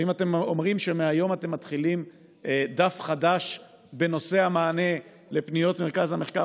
אם אתם אומרים שמהיום אתם מתחילים דף חדש בנושא המענה על פניות מרכז המחקר